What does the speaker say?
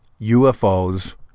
UFOs